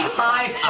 five,